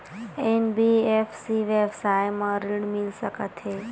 NBFC व्यवसाय मा ऋण मिल सकत हे